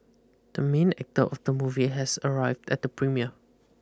the main actor of the movie has arrived at the premiere